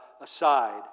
aside